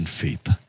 faith